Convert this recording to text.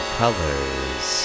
colors